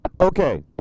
Okay